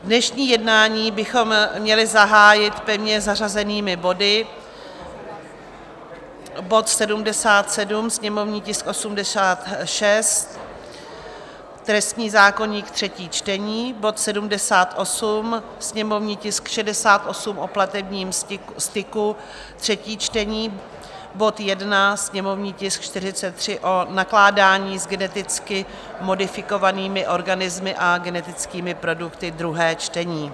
Dnešní jednání bychom měli zahájit pevně zařazenými body, bod 77, sněmovní tisk 86, trestní zákoník, třetí čtení, bod 78, sněmovní tisk 68, o platebním styku, třetí čtení, bod 1, sněmovní tisk 43, o nakládání s geneticky modifikovanými organismy a genetickými produkty, druhé čtení.